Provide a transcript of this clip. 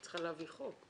היא צריכה להביא חוק.